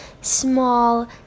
small